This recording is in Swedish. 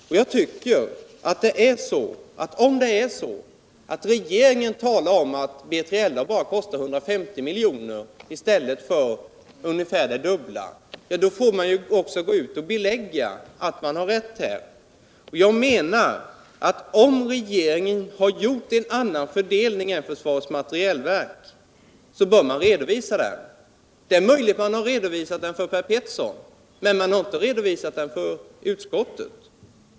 Om man i regeringen talar om att B3LA bara kostar 150 milj.kr. i stället för ungefär det dubbla, tycker jag att man också bör gå ut och belägga riktigheten av det påståendet. Jag menar att om regeringen har gjort en annan fördelning än vad försvarets materielverk gjort bör denna fördelning redovisas. Det är möjligt att man har redovisat den för Per Petersson, men man har inte redovisat den för utskottet.